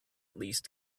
least